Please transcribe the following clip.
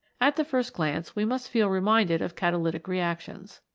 at the first glance we must feel reminded of catalytic reactions.